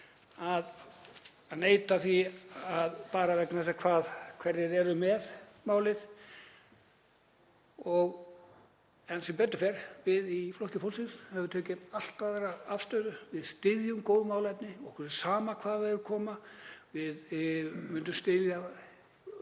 að neita því bara vegna þess hverjir eru með málið. En sem betur fer höfum við í Flokki fólksins tekið allt aðra afstöðu. Við styðjum góð málefni og okkur er sama hvaðan þau koma. Við myndum styðja